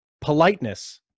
politeness